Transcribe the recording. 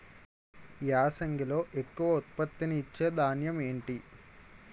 యాసంగిలో ఎక్కువ ఉత్పత్తిని ఇచే ధాన్యం ఏంటి?